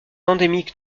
endémique